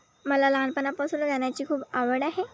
मला लहानपणापासून गाण्याची खूप आवड आहे